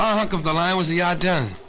hunk of the line was the ardennes,